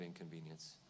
inconvenience